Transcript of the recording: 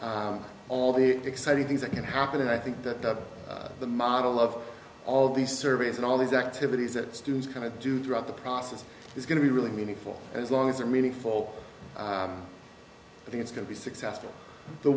about all the exciting things that can happen and i think that the model of all these surveys and all these activities that students kind of do throughout the process is going to be really meaningful as long as they're meaningful i think it's going to be successful the